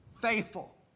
faithful